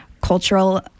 cultural